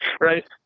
right